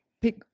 pick